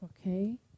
Okay